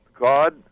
God